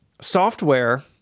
software